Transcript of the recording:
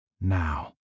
now